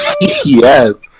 yes